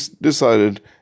decided